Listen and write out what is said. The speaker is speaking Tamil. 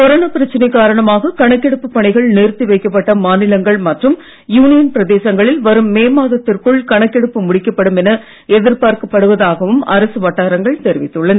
கொரோனா பிரச்சனை காரணமாக கணக்கெடுப்பு பணிகள் நிறுத்தி வைக்கப்பட்ட மாநிலங்கள் மற்றும் யூனியன் பிரதேசங்களில் வரும் மே மாதத்திற்குள் கணக்கெடுப்பு முடிக்கப்படும் என எதிர்பார்க்கப்படுவதாகவும் அரசு வட்டாரங்கள் தெரிவித்துள்ளன